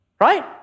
right